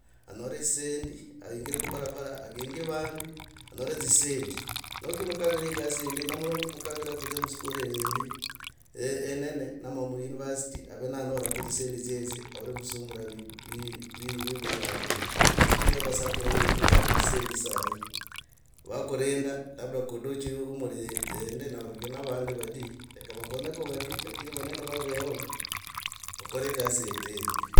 Anyore dzisendi aingie kubarabara aginge vandu anyore dzisendi. Noki mkavira egasi yindi noki mkavira kudzia kuskuru hindi inene ama mi university ave nanyoraku dzisendi dzyo dzye avvire kusumbura vivo vivoli hango. Chagira vasakuru vetu vavura dzisendi sahi. Vakurinda labda vandi vadi. Laka vakonyeko vadi lakini vanene vaveho kukore gasi yetu aindi.